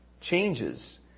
changes